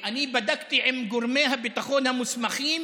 אני בדקתי עם גורמי הביטחון המוסמכים